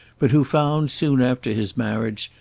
but who found, soon after his marriage,